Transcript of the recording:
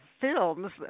films